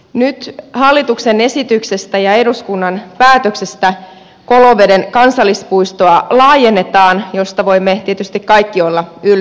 nyt hallituksen esityksestä ja eduskunnan päätöksestä koloveden kansallispuistoa laajennetaan mistä voimme tietysti kaikki olla ylpeitä